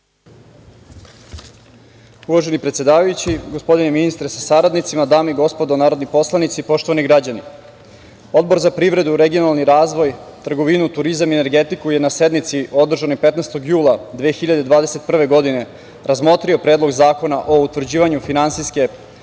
Uvaženi predsedavajući, gospodine ministre sa saradnicima, dame i gospodo narodni poslanici, poštovani građani, Odbor za privredu, regionalni razvoj, trgovinu, turizam i energetiku je na sednici održanoj 15. jula 2021. godine razmotrio Predlog zakona o utvrđivanju finansijske